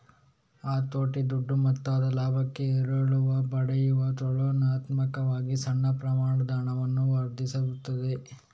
ಹತೋಟಿ ದೊಡ್ಡ ಮೊತ್ತದ ಲಾಭಕ್ಕೆ ಎರವಲು ಪಡೆಯುವ ತುಲನಾತ್ಮಕವಾಗಿ ಸಣ್ಣ ಪ್ರಮಾಣದ ಹಣವನ್ನು ವರ್ಧಿಸುತ್ತದೆ